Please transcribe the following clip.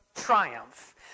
Triumph